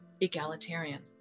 egalitarian